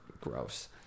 gross